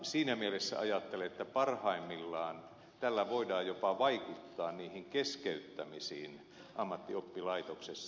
siinä mielessä ajattelen että parhaimmillaan tällä voidaan vaikuttaa jopa niihin keskeyttämisiin ammattioppilaitoksessa